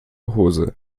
hose